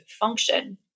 function